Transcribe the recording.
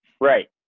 right